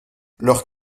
leurs